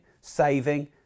saving